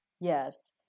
Yes